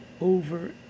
over